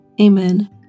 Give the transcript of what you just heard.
Amen